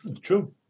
True